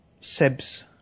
Seb's